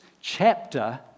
chapter